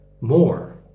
more